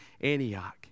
Antioch